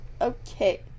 Okay